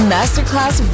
Masterclass